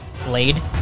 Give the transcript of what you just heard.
Blade